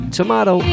tomato